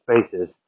spaces